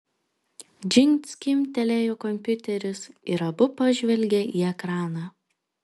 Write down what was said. džingt skimbtelėjo kompiuteris ir abu pažvelgė į ekraną